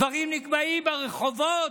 דברים נקבעים ברחובות?